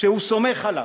שהוא סומך עליו.